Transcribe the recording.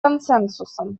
консенсусом